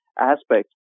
aspects